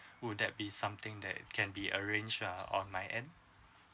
would that be something that can be arranged uh on my end